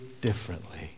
differently